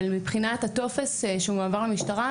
מבחינת הטופס שמועבר למשטרה,